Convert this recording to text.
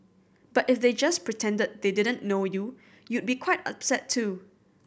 but if they just pretended they didn't know you you'd be quite upset too